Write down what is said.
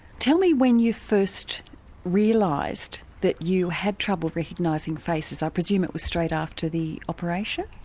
tell me when you first realised that you had trouble recognising faces, i presume it was straight after the operation?